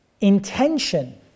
Intention